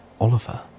Oliver